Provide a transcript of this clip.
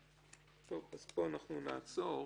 פה נעצור.